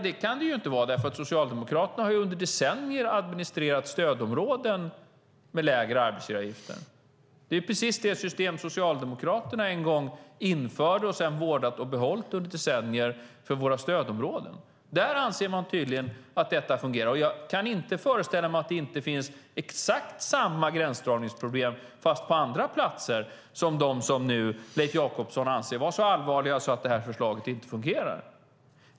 Det kan det inte vara, för Socialdemokraterna har under decennier administrerat stödområden med lägre arbetsgivaravgifter. Det är precis det system som Socialdemokraterna en gång införde och sedan har vårdat och behållit under decennier för våra stödområden. Där anser de tydligen att detta fungerar. Jag kan inte föreställa mig att det inte finns exakt samma gränsdragningsproblem fast på andra platser än dem som Leif Jakobsson nu anser vara så allvarliga att förslaget inte fungerar.